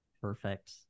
perfect